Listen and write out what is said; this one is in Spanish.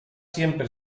siempre